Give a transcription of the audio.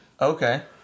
Okay